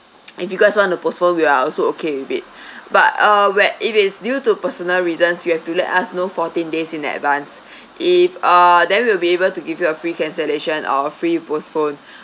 if you guys want to postpone we are also okay with it but uh where it is due to personal reasons you have to let us know fourteen days in advance if uh then we will be able to give you a free cancellation or a free postpone